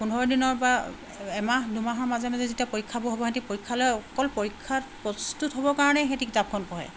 পোন্ধৰ দিনৰ বা এমাহ দুমাহৰ মাজে মাজে যেতিয়া পৰীক্ষাবোৰ হ'ব সেহেঁতি পৰীক্ষালৈ অকল পৰীক্ষাত প্ৰস্তুত হ'বৰ কাৰণেই সেহেঁতি কিতাপখন পঢ়ে